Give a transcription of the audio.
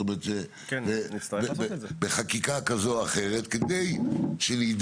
זאת אומרת בחקיקה כזו או אחרת כדי שנדע